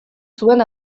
zuen